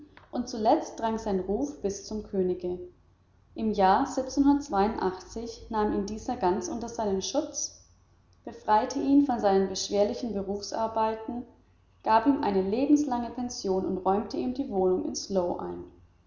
und zuletzt drang sein ruf bis zum könige im jahre nahm ihn dieser ganz unter seinen schutz befreite ihn von seinen beschwerlichen berufsarbeiten gab ihm eine lebenslängliche pension und räumte ihm die wohnung in slough ein